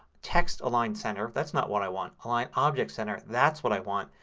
text align center. that's not what i want. align objects center, that's what i want.